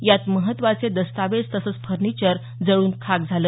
यात महत्त्वाचे दस्तावेज तसंच फर्निचर जळून खाक झालं